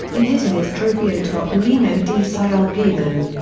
in italy's trofeo topolino di sci alpino.